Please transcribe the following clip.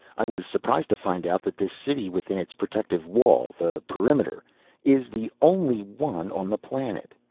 i was surprised to find out that this city within its protective wall the perimeter is the only one on the planet.